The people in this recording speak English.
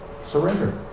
surrender